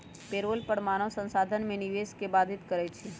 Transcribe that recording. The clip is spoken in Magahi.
पेरोल कर मानव संसाधन में निवेश के बाधित करइ छै